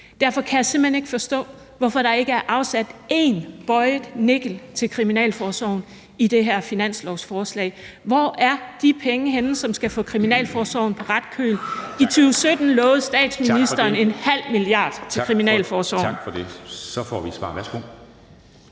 Derfor kan jeg simpelt hen ikke forstå, hvorfor der ikke er afsat en bøjet femøre til kriminalforsorgen i det her finanslovsforslag. Hvor er de penge henne, som skal få kriminalforsorgen på ret køl? I 2017 lovede statsministeren 0,5 mia. kr. til kriminalforsorgen. Kl. 09:54 Formanden